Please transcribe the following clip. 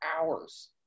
hours